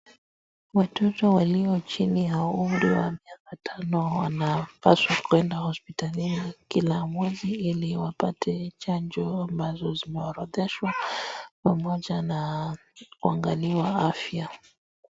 Watoto walio chini ya umri wa miaka tano wanapaswa kuenda hospitalini kila mwezi ili wapate chanjo ambazo zimeorodheshwa pamoja na kuangaliwa afya.